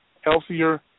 healthier